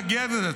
מתנגדת,